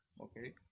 Okay